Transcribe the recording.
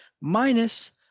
Minus